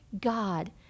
God